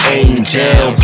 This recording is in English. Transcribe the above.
angel